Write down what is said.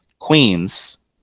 Queens